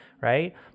right